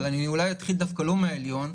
אבל אולי אתחיל דווקא לא מן העליון,